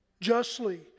justly